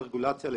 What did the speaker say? גדולות, על